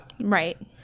right